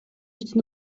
иштин